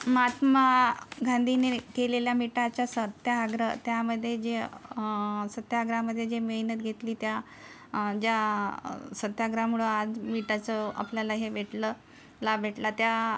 महात्मा गांधीने केलेल्या मिठाच्या सत्याग्रह त्यामध्ये जी सत्याग्रहामध्ये जी मेहनत घेतली त्या ज्या सत्याग्रहामुळं आज मिठाचं आपल्याला हे भेटलं लाभ भेटला त्या